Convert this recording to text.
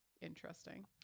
interesting